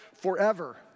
forever